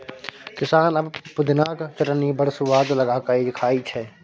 किसान सब पुदिनाक चटनी बड़ सुआद लगा कए खाइ छै